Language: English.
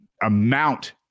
amount